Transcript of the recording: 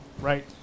right